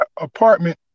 apartment